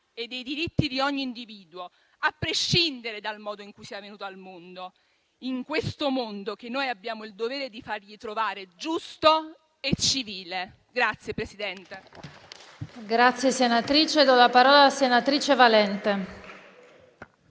e dei diritti di ogni individuo, a prescindere dal modo in cui sia venuto al mondo, in questo mondo, che noi abbiamo il dovere di fargli trovare giusto e civile.